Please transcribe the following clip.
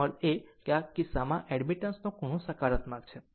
એનો અર્થ એ છે કે તે કિસ્સામાં એડમિટન્સ નો ખૂણો સકારાત્મક છે